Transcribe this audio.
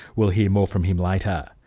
we'll hear more from him later.